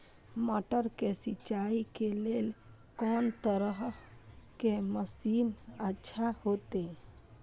मटर के सिंचाई के लेल कोन तरह के मशीन अच्छा होते?